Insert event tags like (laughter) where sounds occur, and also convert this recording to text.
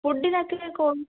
ഫുഡിന് (unintelligible)